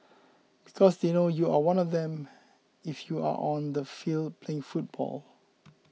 because they know you are one of them if you are on the field playing football